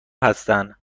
هستن